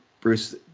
Bruce